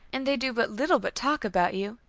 and they do but little but talk about you.